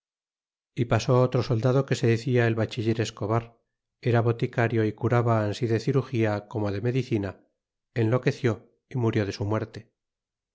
e pasó otro soldado que se decia el bachiller escobar era boticario é curaba ansi de cirugia como de medicina enloqueció y murió de su muerte